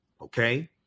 Okay